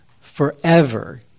forever